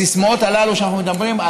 הסיסמאות הללו שאנחנו מדברים,